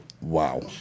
Wow